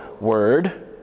word